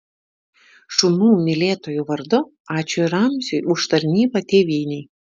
šunų mylėtojų vardu ačiū ramziui už tarnybą tėvynei